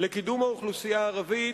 לקידום האוכלוסייה הערבית,